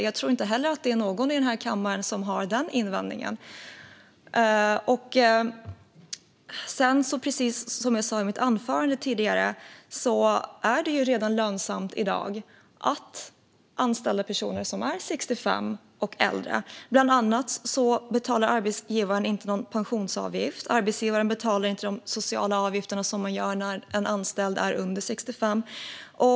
Jag tror inte att någon i den här kammaren har något att invända där heller. Som jag sa i mitt anförande är det ju redan i dag lönsamt att anställa personer som är 65 och äldre. Bland annat betalar arbetsgivarna inte någon pensionsavgift. Arbetsgivarna betalar inte de sociala avgifter som de betalar när en anställd är under 65.